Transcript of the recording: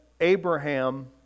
Abraham